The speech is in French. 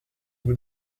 vous